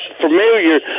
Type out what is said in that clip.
familiar